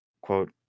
quote